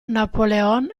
napoleon